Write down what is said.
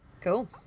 cool